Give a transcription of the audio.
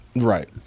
Right